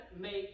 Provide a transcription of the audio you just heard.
make